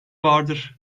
vardır